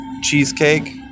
cheesecake